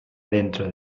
dentro